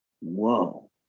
whoa